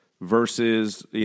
versus